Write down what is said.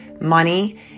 money